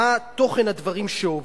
מה תוכן הדברים שעובר.